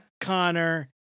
Connor